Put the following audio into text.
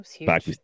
Back